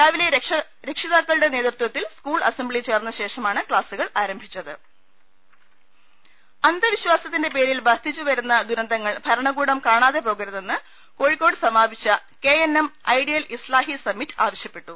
രാവിലെ രക്ഷിതാക്കളുടെ നേതൃത്വത്തിൽ സ്കൂൾ അസംബ്ലി ചേർന്ന ശേഷമാണ് ക്ലാസുകൾ ആരംഭിച്ചത് അന്തവിശ്വാസത്തിന്റെ പേരിൽ വർദ്ധിച്ചു വരുന്ന ദുരന്തങ്ങൾ ഭരണകൂടം കാണാതെ പോകരുതെന്ന് കോഴിക്കോട് സമാപിച്ച കെ എൻ എം ഐഡിയൽ ഇസ്താഹി സമിറ്റ് ആവശ്യപ്പെട്ടു